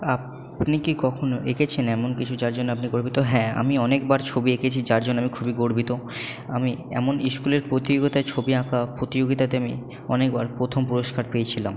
আপনি কি কখনো এঁকেছেন এমন কিছু যার জন্য আপনি গর্বিত হ্যাঁ আমি অনেকবার ছবি এঁকেছি যার জন্য আমি খুবই গর্বিত আমি এমন ইস্কুলের প্রতিযোগিতায় ছবি আঁকা প্রতিযোগিতাতে আমি অনেকবার প্রথম পুরস্কার পেয়েছিলাম